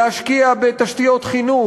להשקיע בתשתיות חינוך,